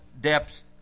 depths